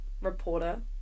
reporter